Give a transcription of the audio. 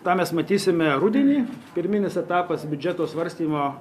tą mes matysime rudenį pirminis etapas biudžeto svarstymo